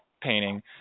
painting